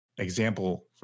Example